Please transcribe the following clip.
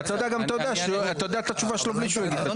ואתה יודע גם את התשובה שלו בלי שהוא יגיד את התשובה שלו.